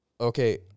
Okay